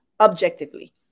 objectively